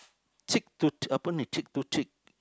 cheek to apa ini cheek to cheek